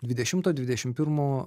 dvidešimto dvidešimt pirmo